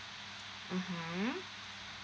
mmhmm